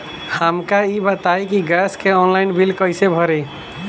हमका ई बताई कि गैस के ऑनलाइन बिल कइसे भरी?